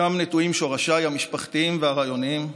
שם נטועים שורשיי המשפחתיים והרעיוניים,